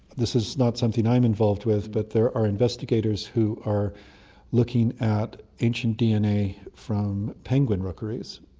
this is not something i'm involved with, but there are investigators who are looking at ancient dna from penguin rookeries.